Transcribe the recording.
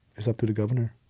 it's up to the governor